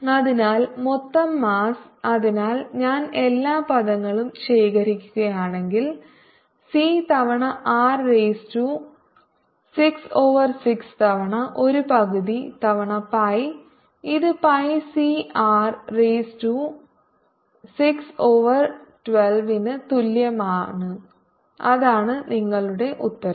അതിനാൽ മൊത്തം മാസ്സ് അതിനാൽ ഞാൻ എല്ലാ പദങ്ങളും ശേഖരിക്കുകയാണെങ്കിൽ സി തവണ R റൈസ് ടു 6 ഓവർ 6 തവണ 1 പകുതി തവണ പൈ ഇത് pi C R raise to 6 over 12 ന് തുല്യമാണ് അതാണ് നിങ്ങളുടെ ഉത്തരം